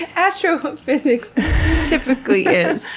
astrophysics typically is,